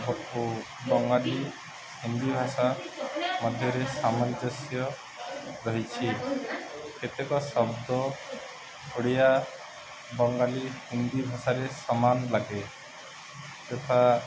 ବଙ୍ଗାଳୀ ହିନ୍ଦୀ ଭାଷା ମଧ୍ୟରେ ସାମଞ୍ଜସ୍ୟ ରହିଛି କେତେକ ଶବ୍ଦ ଓଡ଼ିଆ ବଙ୍ଗାଳୀ ହିନ୍ଦୀ ଭାଷାରେ ସମାନ ଲାଗେ ତଥା